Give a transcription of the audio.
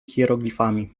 hieroglifami